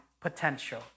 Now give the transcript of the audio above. potential